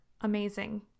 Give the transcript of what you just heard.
amazing